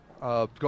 go